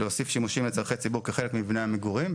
להוסיף שימושים לצרכי ציבור כחלק ממבני המגורים,